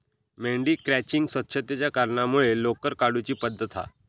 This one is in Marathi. मेंढी क्रचिंग स्वच्छतेच्या कारणांमुळे लोकर काढुची पद्धत हा